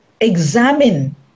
examine